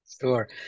Sure